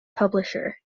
publisher